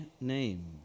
name